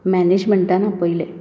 मॅनेजमँटान आपयलें